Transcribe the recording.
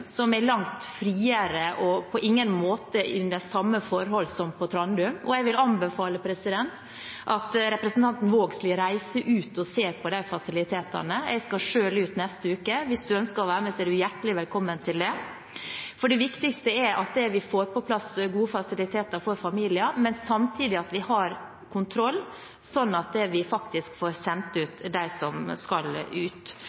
som er langt friere, og hvor man på ingen måte er under samme forhold som på Trandum, og jeg vil anbefale at representanten Vågslid reiser ut og ser på de fasilitetene. Jeg skal selv ut neste uke – hvis du ønsker å være med, er du hjertelig velkommen til det. Det viktigste er at vi får på plass gode fasiliteter for familier, men samtidig har kontroll, sånn at vi faktisk får sendt ut